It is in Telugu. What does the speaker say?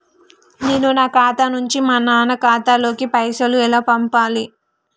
నేను నా ఖాతా నుంచి మా నాన్న ఖాతా లోకి పైసలు ఎలా పంపాలి?